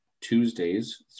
Tuesdays